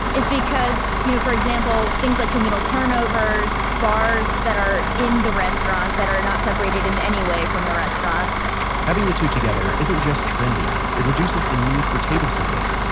is because you know for example, things like communal turnovers, bars that are in the restaurant that are not separated in any way from the restaurant having the two together isn't just trendy, it reduces the need for table service,